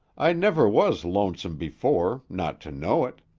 i never was lonesome before, not to know it.